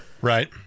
Right